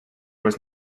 was